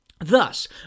Thus